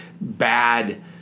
bad